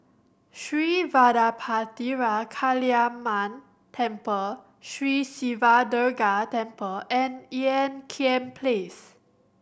Sri Vadapathira Kaliamman Temple Sri Siva Durga Temple and Ean Kiam Place